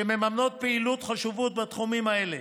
שמממנות פעילויות חשובות בתחומים האלה.